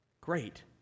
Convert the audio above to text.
Great